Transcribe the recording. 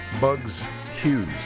Bugs-Hughes